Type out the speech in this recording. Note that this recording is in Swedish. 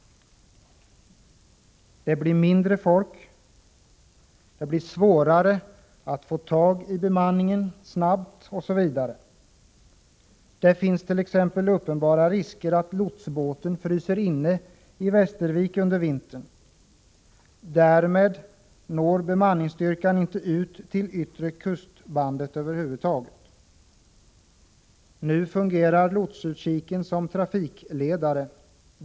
Det blir mindre folk. Det blir svårare att få tag i bemanning snabbt, osv. Det finns t.ex. uppenbara risker att lotsbåten fryser inne i Västervik under vintern. Därmed når bemanningsstyrkan över huvud taget inte ut till yttersta kustbandet. Nu fungerar lotsutkiken som trafikledare.